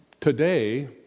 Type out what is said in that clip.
Today